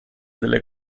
delle